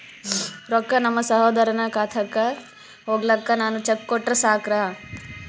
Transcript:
ರೊಕ್ಕ ನಮ್ಮಸಹೋದರನ ಖಾತಕ್ಕ ಹೋಗ್ಲಾಕ್ಕ ನಾನು ಚೆಕ್ ಕೊಟ್ರ ಸಾಕ್ರ?